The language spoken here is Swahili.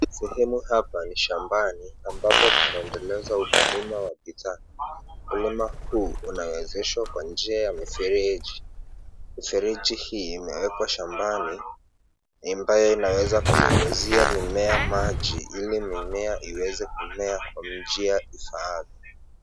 Sehemu hapa ni shambani ambapo bwana paendelezwa ukulima. Ukulima huu unawezeshwa kwa njia ya mifereji. Mifereji hii imewekwa shambani ambayo inaweza kunyunyizia mimea maji ili mimea iweze kumeekwa njia ifaavyo.